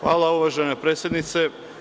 Hvala uvažena predsednice.